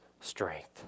strength